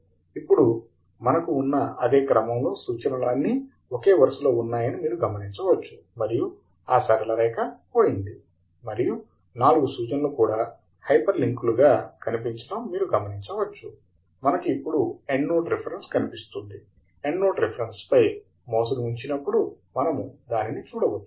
ఇప్పుడు మనకు ఉన్న అదే క్రమంలో సూచనలు అన్నీ ఒకే వరుసలో ఉన్నాయని మీరు గమనించవచ్చు మరియు ఆ సరళరేఖ పోయింది మరియు నాలుగు సూచనలు కూడా హైపర్లింక్లుగా కనిపిచటం మీరు గమనిచవచ్చు మనకు ఇప్పుడు ఎండ్నోట్ రిఫరెన్స్ కనిపిస్తుంది ఎండ్నోట్ రిఫరెన్స్ పై మౌస్ ని ఉంచినప్పుడు మనము దానిని చూడవచ్చు